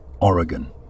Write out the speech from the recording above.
Oregon